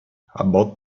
about